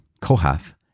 Kohath